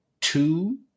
two